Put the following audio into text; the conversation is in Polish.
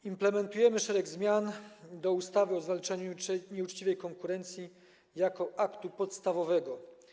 Implementujemy szereg zmian do ustawy o zwalczaniu nieuczciwej konkurencji jako do aktu podstawowego.